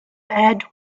bad